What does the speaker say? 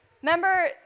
Remember